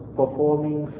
performing